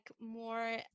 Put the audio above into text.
more